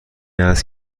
است